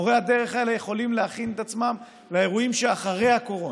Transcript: מורי הדרך האלה יכולים להכין את עצמם לאירועים שאחרי הקורונה.